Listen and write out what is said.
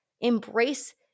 embrace